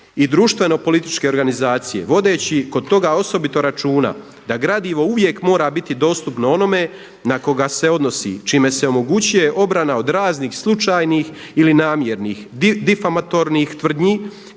i društvenopolitičke organizacije vodeći kod toga osobito računa da gradivo uvijek mora biti dostupno onome na koga se odnosi čime se omogućuje obrana od raznih slučajnih ili namjernih, difamatornih tvrdnji